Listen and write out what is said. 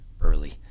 early